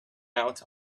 out